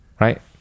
Right